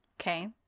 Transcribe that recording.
okay